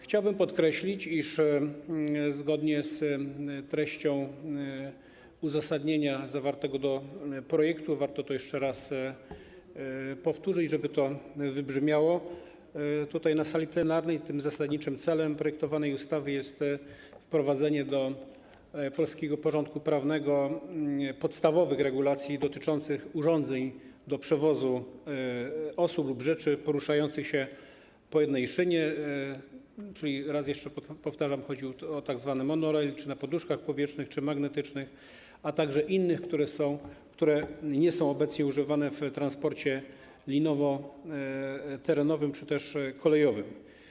Chciałbym podkreślić, iż zgodnie z treścią uzasadnienia projektu - warto to jeszcze raz powtórzyć, żeby to wybrzmiało tutaj, na sali plenarnej - zasadniczym celem projektowanej ustawy jest wprowadzenie do polskiego porządku prawnego podstawowych regulacji dotyczących urządzeń do przewozu osób lub rzeczy poruszających się po jednej szynie, czyli, raz jeszcze powtarzam, chodzi o tzw. monorail, lub na poduszkach powietrznych czy magnetycznych, a także innych, które nie są obecnie używane w transporcie linowo-terenowym czy też kolejowym.